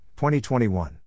2021